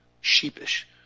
sheepish